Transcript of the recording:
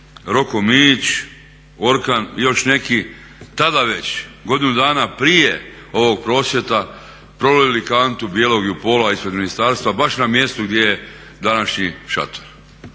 Roko Mijić, Orkan i još neki tada već godinu dana prije ovog prosvjeda prolili kantu bijelog JUPOL-a ispred ministarstva baš na mjestu gdje je današnji šator